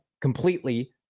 completely